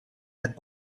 had